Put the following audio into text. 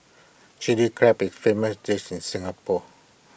Chilli Crab is famous dish in Singapore